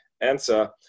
answer